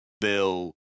bill